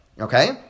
Okay